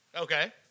Okay